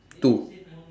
two